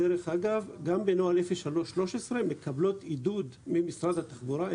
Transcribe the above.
גם בנוהל 03-13 מקבלות עידוד ממשרד התחבורה.